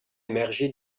émergé